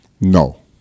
No